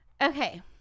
Okay